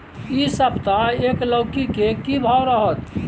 इ सप्ताह एक लौकी के की भाव रहत?